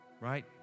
right